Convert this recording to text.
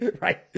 Right